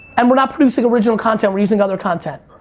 and we're not producing original content, we're using other content.